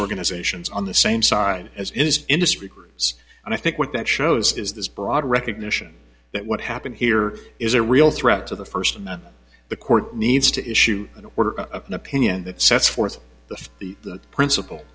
organizations on the same side as in this industry groups and i think what that shows is this broad recognition that what happened here is a real threat to the first and that the court needs to issue an order an opinion that sets forth the the the principle